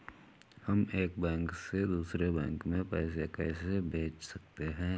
हम एक बैंक से दूसरे बैंक में पैसे कैसे भेज सकते हैं?